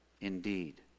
indeed